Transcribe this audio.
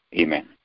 Amen